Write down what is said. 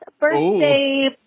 birthday